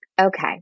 Okay